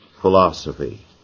philosophy